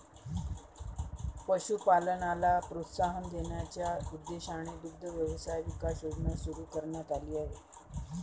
पशुपालनाला प्रोत्साहन देण्याच्या उद्देशाने दुग्ध व्यवसाय विकास योजना सुरू करण्यात आली आहे